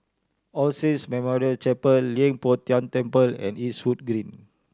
All Saints Memorial Chapel Leng Poh Tian Temple and Eastwood Green